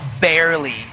barely